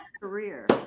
career